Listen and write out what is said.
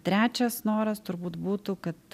trečias noras turbūt būtų kad